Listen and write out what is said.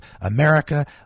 America